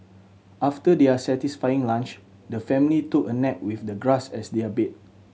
after their satisfying lunch the family took a nap with the grass as their bed